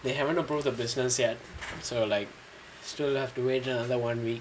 they haven't approved the business yet so like still have to wait ah like one week